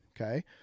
Okay